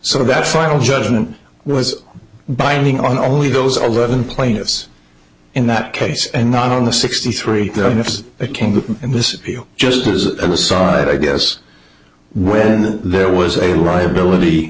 some of that final judgment was binding on only those eleven plaintiffs in that case and not on the sixty three if it came to this just as an aside i guess when there was a liability